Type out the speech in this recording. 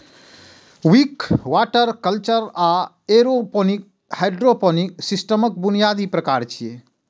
Wick, water culture आ aeroponic hydroponic सिस्टमक बुनियादी प्रकार छियै